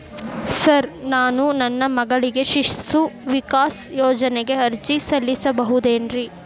Sir ನಾನು ನನ್ನ ಮಗಳಿಗೆ ಶಿಶು ವಿಕಾಸ್ ಯೋಜನೆಗೆ ಅರ್ಜಿ ಸಲ್ಲಿಸಬಹುದೇನ್ರಿ?